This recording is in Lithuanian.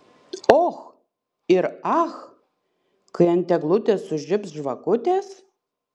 och ir ach kai ant eglutės sužibs žvakutės